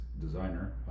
designer